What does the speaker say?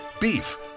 Beef